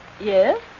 Yes